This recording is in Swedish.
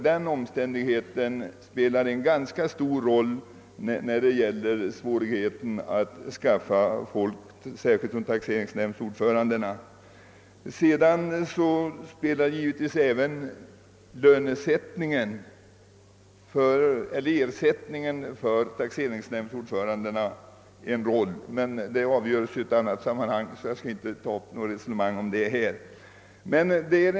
Denna omständighet torde i ganska stor utsträckning ligga bakom svårigheterna att rekrytera folk, särskilt till posten som taxeringsnämndsordförande. Också taxeringsnämndsordförandenas ersättning spelar givetvis en roll, men eftersom denna fråga skall avgöras i ett annat sammanhang, skall jag inte nu ta upp ett resonemang om detta.